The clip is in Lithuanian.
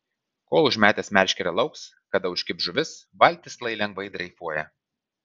kol užmetęs meškerę lauks kada užkibs žuvis valtis lai lengvai dreifuoja